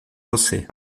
você